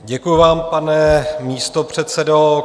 Děkuji vám, pane místopředsedo.